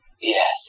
Yes